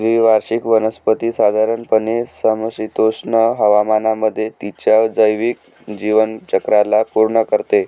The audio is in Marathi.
द्विवार्षिक वनस्पती साधारणपणे समशीतोष्ण हवामानामध्ये तिच्या जैविक जीवनचक्राला पूर्ण करते